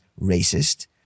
racist